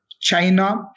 China